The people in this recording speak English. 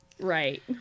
Right